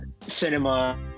cinema